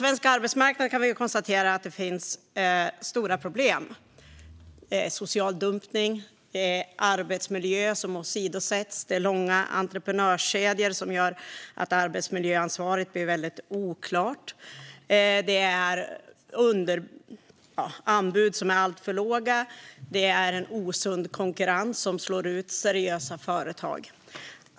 Vi kan konstatera att det finns stora problem på svensk arbetsmarknad: social dumpning, arbetsmiljö som åsidosätts, långa entreprenörskedjor som gör att arbetsmiljöansvaret blir oklart, anbud som är alltför låga och osund konkurrens som slår ut seriösa företag.